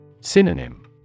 Synonym